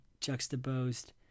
juxtaposed